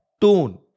tone